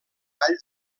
vall